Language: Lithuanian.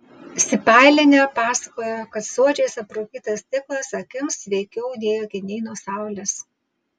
sipailienė pasakojo kad suodžiais aprūkytas stiklas akims sveikiau nei akiniai nuo saulės